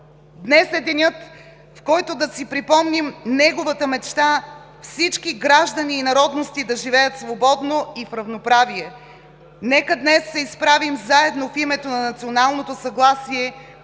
Днес е денят, с който да си припомним неговата мечта – всички граждани и народности да живеят свободно и в равноправие! Нека днес се изправим заедно в името на националното съгласие,